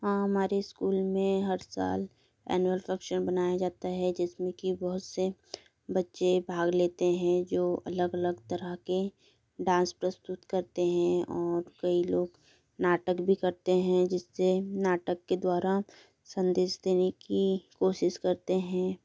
हमारे स्कूल में हर साल एनुअल फंक्शन बनाया जाता है जिसमें की बहुत से बच्चे भाग लेते हैं जो अलग अलग तरह के डाँस प्रस्तुत करते हैं और कई लोग नाटक भी करते हैं जिससे नाटक के द्वारा संदेश देने की कोशिश करते हैं